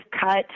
cut